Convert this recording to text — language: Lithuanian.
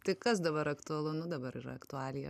tai kas dabar aktualu nu dabar yra aktualija